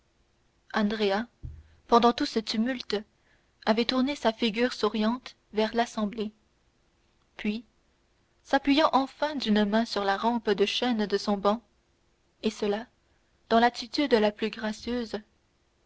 pendant tout ce tumulte avait tourné sa figure souriante vers l'assemblée puis s'appuyant enfin d'une main sur la rampe de chêne de son banc et cela dans l'attitude de la plus gracieuse